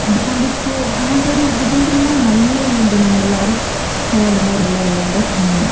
അതുകൊണ്ടിപ്പോൾ അങ്ങനെത്തെ ഒരു ഇതൊന്നുമില്ല നല്ലതിലുണ്ട് നമ്മൾ എല്ലാവരും പോകലും വരലും എല്ലാമുണ്ട്